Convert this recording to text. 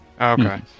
Okay